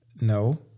no